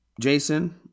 Jason